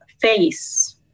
face